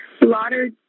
Lauder